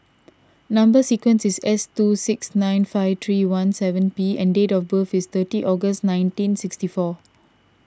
Number Sequence is S two six nine five three one seven P and date of birth is thirty August nineteen sixty four